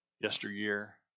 yesteryear